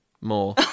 more